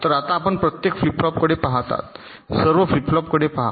तर आता आपण प्रत्येक फ्लिप फ्लॉपकडे पहात आहात सर्व फ्लिप फ्लॉपकडे पहा